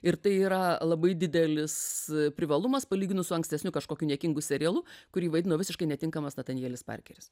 ir tai yra labai didelis privalumas palyginus su ankstesniu kažkokiu niekingu serialu kurį vaidino visiškai netinkamas natanjelis parkeris